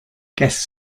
guest